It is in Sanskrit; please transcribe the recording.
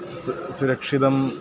सु सुरक्षितम्